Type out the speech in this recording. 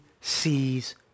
sees